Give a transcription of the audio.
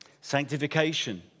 Sanctification